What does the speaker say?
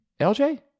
LJ